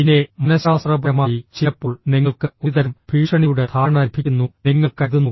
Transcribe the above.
പിന്നെ മനഃശാസ്ത്രപരമായി ചിലപ്പോൾ നിങ്ങൾക്ക് ഒരുതരം ഭീഷണിയുടെ ധാരണ ലഭിക്കുന്നു നിങ്ങൾ കരുതുന്നു